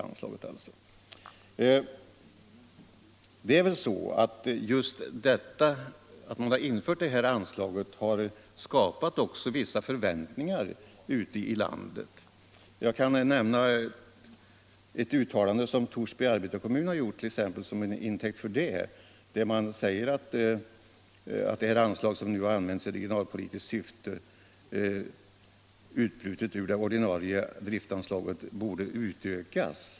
Just det faktum att detta anslag införts har ute i landet skapat vissa förväntningar. Jag kan nämna ett uttalande som Torsby arbetarkommun gjort. Man säger där att det anslag som nu använts i regionalpolitiskt syfte, utbrutet ur det ordinarie driftanslaget, borde utökas.